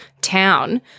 town